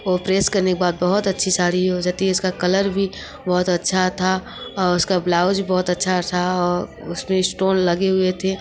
वो प्रेस करने के बाद बहुत अच्छी साड़ी हो जाती है इसका कलर भी बहुत अच्छा था उसका ब्लाउज भी बहुत अच्छा था उसमें स्टोन लगे हुए थे